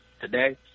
today